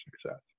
success